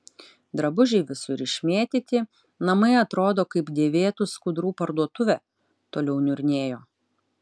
drabužiai visur išmėtyti namai atrodo kaip dėvėtų skudurų parduotuvė toliau niurnėjo